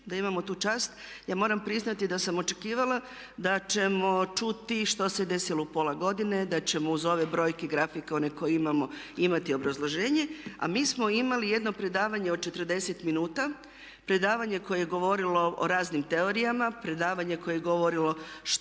da imamo tu čast ja moram priznati da sam očekivala da ćemo čuti što se desilo u pola godine, da ćemo uz ove brojke i grafikone koje imamo imati obrazloženje, a mi smo imali jedno predavanje od 40 minuta, predavanje koje je govorilo o raznim teorijama, predavanje koje je govorilo što